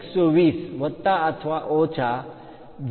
120 વત્તા અથવા ઓછા 0